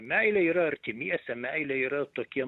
meilė yra artimiesiem meilė yra tokiem